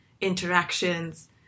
interactions